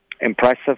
impressive